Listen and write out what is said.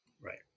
Right